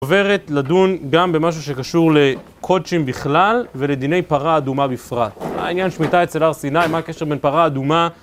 עוברת לדון גם במשהו שקשור לקודשים בכלל ולדיני פרה אדומה בפרט העניין שמיטה אצל הר סיני מה הקשר בין פרה אדומה